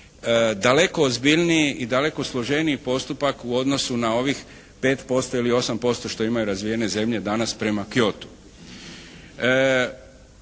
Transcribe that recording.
daleko ozbiljniji i daleko složeniji postupak u odnosu na ovih 5% ili 8% što imaju razvijene zemlje danas prema Kyotu.